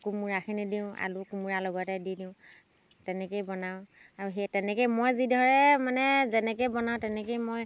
কোমোৰাখিনি দিওঁ আলু কোমোৰাৰ লগতে দি দিওঁ তেনেকেই বনাওঁ আৰু সেই তেনেকেই মই যিদৰে মানে যেনেকৈ বনাওঁ তেনেকেই মই